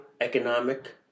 economic